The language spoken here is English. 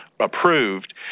approved